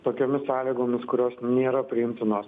tokiomis sąlygomis kurios nėra priimtinos